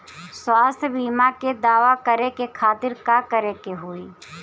स्वास्थ्य बीमा के दावा करे के खातिर का करे के होई?